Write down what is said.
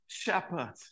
shepherd